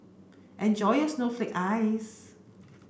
enjoy your snowflake ice